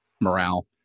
morale